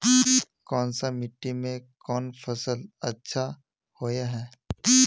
कोन सा मिट्टी में कोन फसल अच्छा होय है?